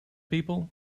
people